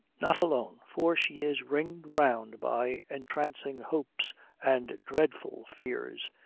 not alone, for she is ringed round by entrancing hopes and dreadful fears.